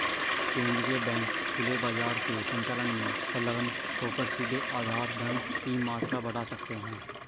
केंद्रीय बैंक खुले बाजार के संचालन में संलग्न होकर सीधे आधार धन की मात्रा बढ़ा सकते हैं